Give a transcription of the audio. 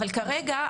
אבל כרגע,